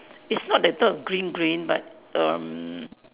it's not the type of green green but erm